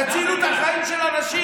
תצילו את החיים של אנשים.